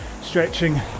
stretching